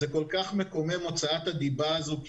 זה כל כך מקומם הוצאת הדיבה הזו,